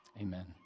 Amen